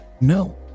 no